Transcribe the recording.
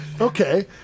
okay